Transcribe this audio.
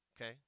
Okay